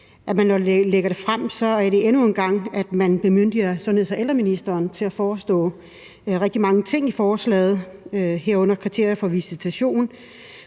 når man lægger det frem, så endnu engang vil bemyndige sundheds- og ældreministeren til at forestå rigtig mange ting i forslaget, herunder kriterier for visitation,